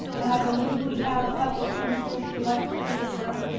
and i believe we have a couple of principals who would like to speak as well.